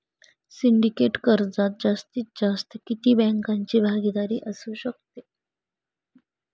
Syndicate कर्जात जास्तीत जास्त किती बँकांची भागीदारी असू शकते?